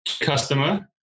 customer